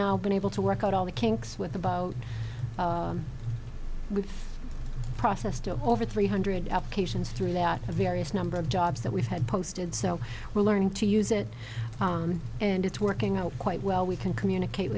now been able to work out all the kinks with about we've processed over three hundred applications throughout the various number of jobs that we've had posted so we're learning to use it and it's working out quite well we can communicate